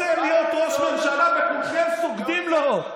זה רוצה להיות ראש ממשלה, וכולכם סוגדים לו.